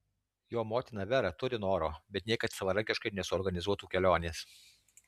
jo motina vera turi noro bet niekad savarankiškai nesuorganizuotų kelionės